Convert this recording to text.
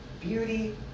beauty